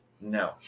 No